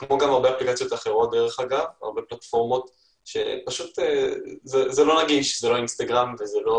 כמו גם אפליקציות אחרות, פלטפורמות שלא נגישות כמו